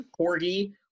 corgi